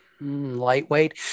lightweight